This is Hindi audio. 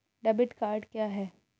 डेबिट कार्ड क्या है?